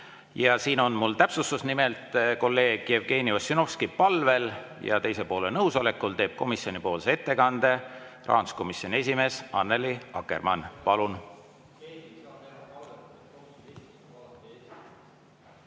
ja siin on mul täpsustus: nimelt kolleeg Jevgeni Ossinovski palvel ja teise poole nõusolekul teeb komisjonipoolse ettekande rahanduskomisjoni esimees Annely Akkermann. Palun!